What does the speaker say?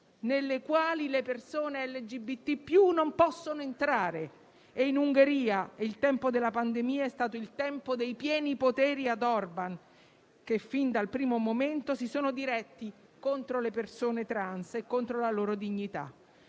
nelle quali le persone LGBT non possono più entrare. In Ungheria il tempo della pandemia è stato il tempo dei pieni poteri ad Orban, che fin dal primo momento si sono diretti contro le persone trans e contro la loro dignità.